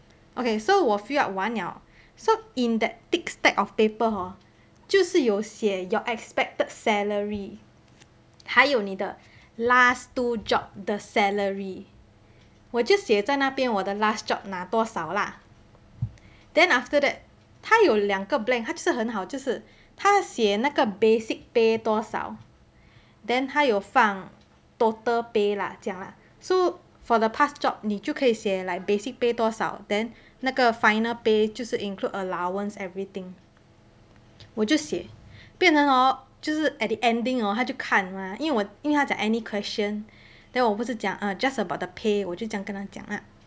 okay so 我 fill up 完了 so in that thick stack of paper hor 就是有写 your expected salary 还有你的 last two jobs 的 salary 我就写在那边我的 last job 拿多少啦 then after that 它有两个 blank 它就是很好就是它写那个 basic pay 多少 then 它有放 total pay lah 这样啦 so for the past job 你就可以写 basic pay 多少 then 那个 final pay 就是 include allowance everything 我就写变成 hor 就是 at the ending hor 她就看嘛因为她讲 any question then 我不是讲 just about the pay 我就这样跟她讲啦